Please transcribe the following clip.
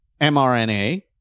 mRNA